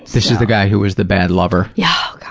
this is the guy who was the bad lover. yeah